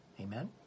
Amen